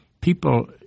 people